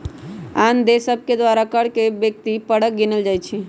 आन देश सभके द्वारा कर के व्यक्ति परक गिनल जाइ छइ